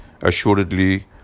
Assuredly